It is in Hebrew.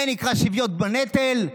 זה נקרא שוויון בנטל?